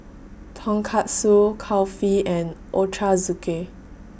Tonkatsu Kulfi and Ochazuke